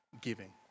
giving